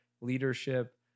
leadership